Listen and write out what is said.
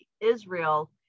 Israel